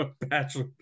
bachelor